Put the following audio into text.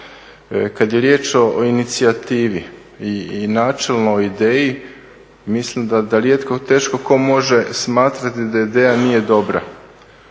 Kad je riječ o inicijativi i načelnoj ideji, mislim da teško tko može smatrati da ideja nije dobra,